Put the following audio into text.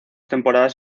temporadas